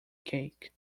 cake